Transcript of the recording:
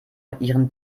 ihren